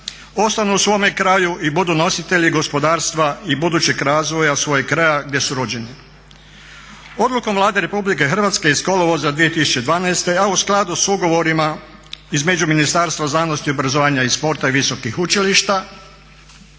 ostanu u svome kraju i budu nositelji gospodarstva i budućeg razvoja svojeg kraja gdje su rođeni. Odlukom Vlade Republike Hrvatske iz kolovoza 2012. a u skladu sa ugovorima između Ministarstva znanosti, obrazovanja i sporta i visokih učilišta